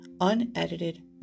unedited